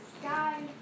sky